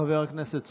חבר הכנסת סמוטריץ'.